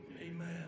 Amen